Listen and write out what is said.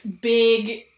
big